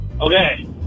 Okay